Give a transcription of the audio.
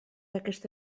aquesta